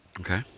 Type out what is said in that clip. okay